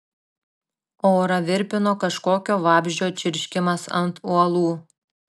orą virpino kažkokio vabzdžio čirškimas ant uolų